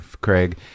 craig